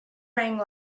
rang